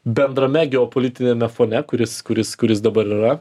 bendrame geopolitiniame fone kuris kuris kuris dabar yra